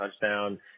touchdown